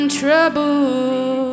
trouble